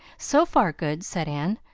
so far, good, said anne,